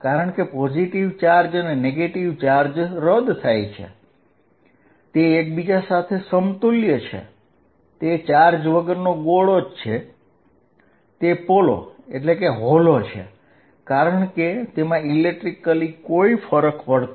તેથી કે આ નેગેટીવ બાજુ મને નેગેટીવ ચાર્જના ખૂબ પાતળા કટકા આપે છે પોઝિટિવ બાજુ મને પોઝિટિવ ચાર્જના ખૂબ પાતળા કટકા આપશે